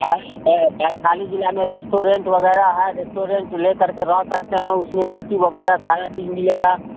है वै वैशाली ज़िले में रेस्टुरेंट है वगैरह है रेस्टुरेंट लेकर के रह सकते है उसमें ए सी वगैरह सारी चीज़ मिलेगी